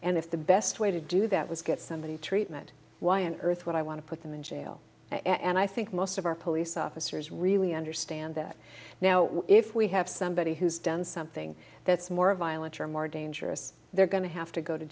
and if the best way to do that was get somebody treatment why on earth would i want to put them in jail and i think most of our police officers really understand that now if we have somebody who's done something that's more violent or more dangerous they're going to have to go to